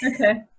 okay